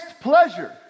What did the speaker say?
pleasure